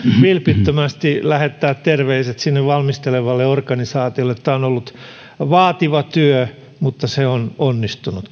vilpittömästi lähettää terveiset sinne valmistelevalle organisaatiolle tämä on ollut vaativa työ mutta se on onnistunut